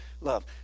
love